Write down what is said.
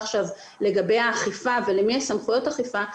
עכשיו לגבי האכיפה ולמי יש סמכויות אכיפה.